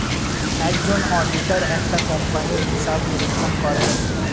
একজন অডিটর একটা কোম্পানির হিসাব নিরীক্ষণ করেন